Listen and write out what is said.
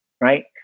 right